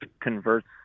converts